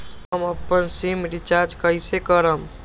हम अपन SIM recharge कइसे करम?